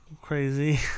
crazy